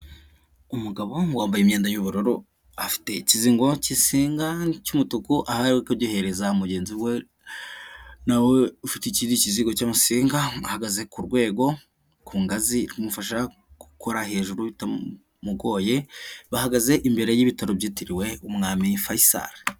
Umugabo wambaye imyenda y'ubururu afite ikizingo k'insinga cy'umutuku ari kugihereza mugenzi we nawe ufite ikindi kizigo cya musinga mugaze ku rwego ku ngazi imufasha gukora hejuru bitamugoye bahagaze imbere y'ibitaro byitiriwe umwami Fayisari